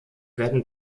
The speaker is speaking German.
werden